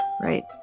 right